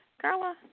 Carla